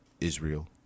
Israel